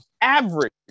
average